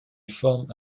forme